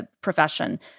profession